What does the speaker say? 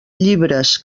llibres